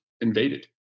invaded